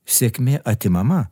sėkmė atimama